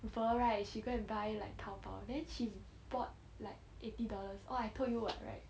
ber right she go and buy like 淘宝 then she bought like eighty dollars orh I told you what right